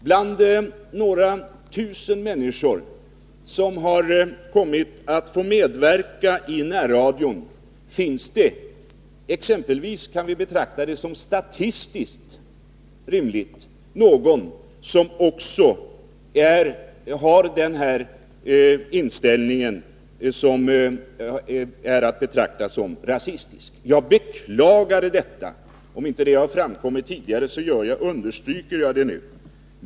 Bland några tusen människor som har kommit att få medverka i närradion, kan vi betrakta det som statistiskt rimligt att det också finns någon som har en inställning som kan betraktas som rasistisk. Jag beklagade detta, och om det inte har framkommit tidigare understryker jag det nu.